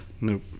Nope